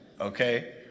okay